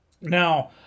Now